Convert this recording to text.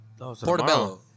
Portobello